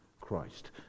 Christ